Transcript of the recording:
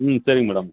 ம் சரி மேடம்